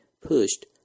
pushed